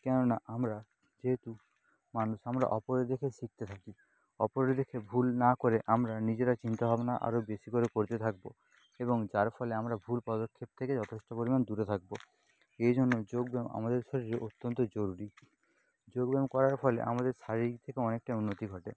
কেননা আমরা যেহেতু মানুষ আমরা অপরের দেখে শিখতে থাকি অপরের দেখে ভুল না করে আমরা নিজেরা চিন্তাভাবনা আরও বেশি করে করতে থাকবো এবং যার ফলে আমরা ভুল পদক্ষেপ থেকে যথেষ্ট পরিমাণ দূরে থাকবো এই জন্য যোগব্যায়াম আমাদের শরীরে অত্যন্ত জরুরি যোগব্যায়াম করার ফলে আমাদের শারীরিক দিক থেকে অনেকটা উন্নতি ঘটে